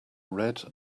red